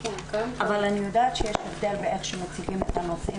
אבל אני יודעת שיש הבדל בין איך שמציגים את הנושאים